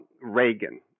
Reagan